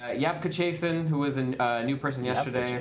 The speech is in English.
ah jabkochason, who was a new person yesterday.